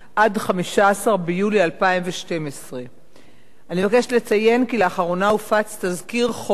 עד 15 ביולי 2012. אני מבקשת לציין כי לאחרונה הופץ תזכיר חוק